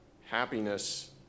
happiness